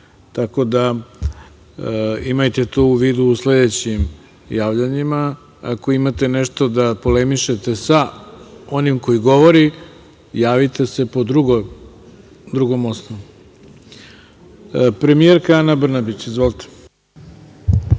tako da, imajte to u vidu u sledećim javljanjima. Ako imate nešto da polemišete sa onim koji govori, javite se po drugom osnovu. Reč ima premijerka. Izvolite.